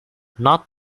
not